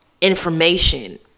information